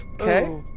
Okay